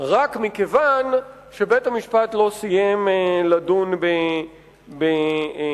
רק מכיוון שבית-המשפט לא סיים לדון בתיקו.